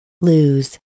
lose